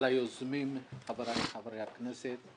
ליוזמים חבריי חברי הכנסת.